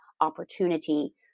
opportunity